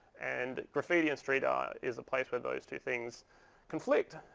and graffiti and street art is a place where those two things conflict.